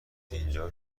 اینجا